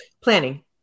Planning